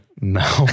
No